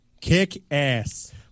Kick-ass